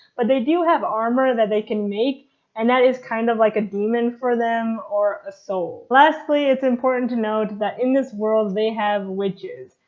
but they do have armor that they can make and that is kind of like a daemon for them or a soul. lastly, it's important to note that in this world they have witches.